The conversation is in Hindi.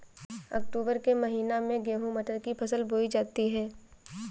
अक्टूबर के महीना में गेहूँ मटर की फसल बोई जाती है